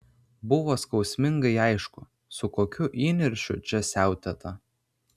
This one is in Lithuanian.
buvo skausmingai aišku su kokiu įniršiu čia siautėta